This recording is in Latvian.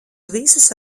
visus